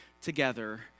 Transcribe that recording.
together